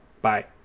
Bye